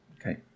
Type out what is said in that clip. Okay